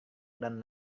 dan